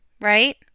right